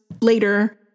later